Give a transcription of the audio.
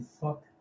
fuck